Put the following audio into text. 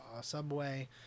subway